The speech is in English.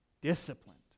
disciplined